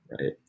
right